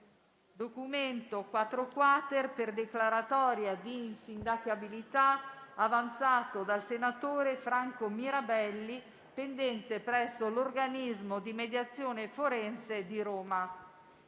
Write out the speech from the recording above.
n. 2, per declaratoria di insindacabilità avanzato dal senatore Franco Mirabelli, pendente presso l'organismo di mediazione forense di Roma.